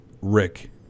Rick